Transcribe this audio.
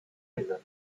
ändern